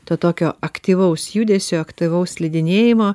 to tokio aktyvaus judesio aktyvaus slidinėjimo